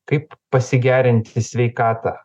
kaip pasigerinti sveikatą